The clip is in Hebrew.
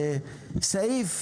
סעיף